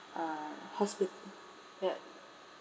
uh hospi~ the